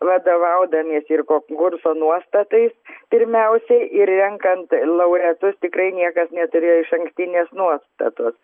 vadovaudamiesi ir konkurso nuostatais pirmiausiai ir renkant laureatus tikrai niekas neturėjo išankstinės nuostatos